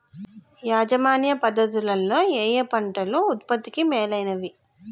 యాజమాన్య పద్ధతు లలో ఏయే పంటలు ఉత్పత్తికి మేలైనవి?